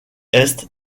est